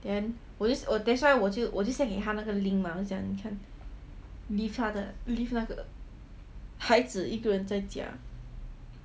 then we just that's why 我就 send 给他那个 link mah 我讲你看 leave 那个孩子一个人在家